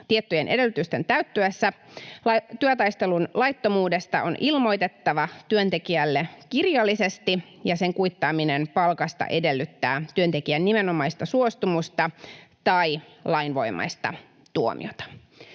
tiettyjen edellytysten täyttyessä: työtaistelun laittomuudesta on ilmoitettava työntekijälle kirjallisesti, ja sen kuittaaminen palkasta edellyttää työntekijän nimenomaista suostumusta tai lainvoimaista tuomiota.